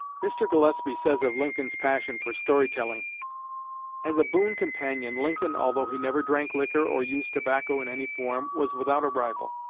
mr. gillespie says of lincoln's passion for story-telling as a boon companion, lincoln, although he never drank liquor or used tobacco in any form, was without a rival.